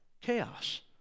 chaos